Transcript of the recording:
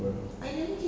uh